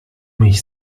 mich